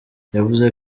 yavuze